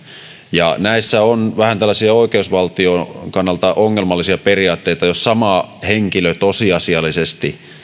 ja näissä on vähän tällaisia oikeusvaltion kannalta ongelmallisia periaatteita jos sama henkilö tosiasiallisesti